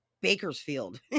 Bakersfield